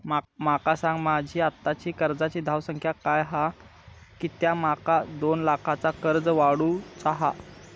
माका सांगा माझी आत्ताची कर्जाची धावसंख्या काय हा कित्या माका दोन लाखाचा कर्ज काढू चा हा?